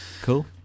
cool